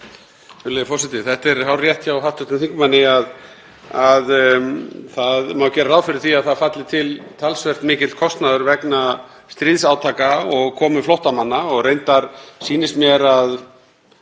Það er hárrétt hjá hv. þingmanni að gera má ráð fyrir því að það falli til talsvert mikill kostnaður vegna stríðsátaka og komu flóttamanna. Reyndar sýnist mér að